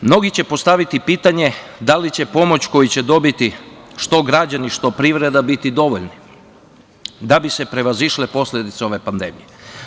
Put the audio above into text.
Mnogi će postaviti pitanje da li će pomoć koju će dobiti što građani, što privreda biti dovoljni da bi se prevazišle posledice ove pandemije.